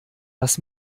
was